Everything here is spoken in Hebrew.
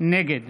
נגד